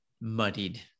muddied